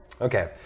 Okay